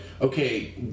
okay